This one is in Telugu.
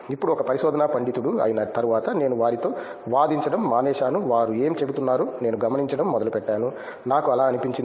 ఇప్పుడు ఒక పరిశోధనా పండితుడు అయిన తరువాత నేను వారితో వాదించడం మానేశాను వారు ఏమి చెబుతున్నారో నేను గమనించడం మొదలుపెట్టాను నాకు అలా అనిపించింది